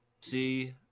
See